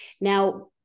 Now